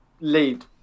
lead